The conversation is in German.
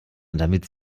damit